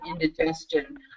indigestion